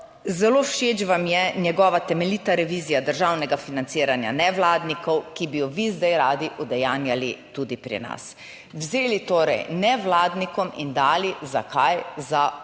Zelo všeč vam je njegova temeljita revizija državnega financiranja nevladnikov, ki bi jo vi zdaj radi udejanjali tudi pri nas. Vzeli torej nevladnikom in dali - za kaj? - za orožje.